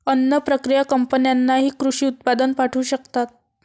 अन्न प्रक्रिया कंपन्यांनाही कृषी उत्पादन पाठवू शकतात